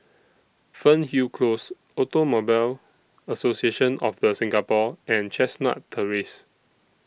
Fernhill Close Automobile Association of The Singapore and Chestnut Terrace